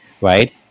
right